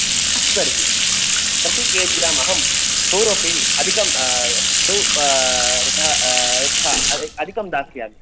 अस्तु तर्हि प्रति केज्याम् अहं टु रुपि अधिकं टु अर्ध अर्ध अधिकं दास्यामि